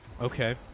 Okay